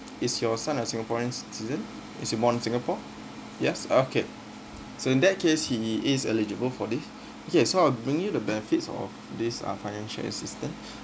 is your son a singaporeans citizen is he born in singapore yes uh okay so in that case he is eligible for this okay so I'll bring you the benefits of this uh financial assistance